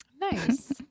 Nice